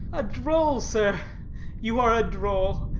a droll, sir you are a droll.